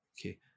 Okay